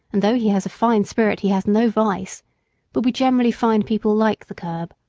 and though he has a fine spirit he has no vice but we generally find people like the curb.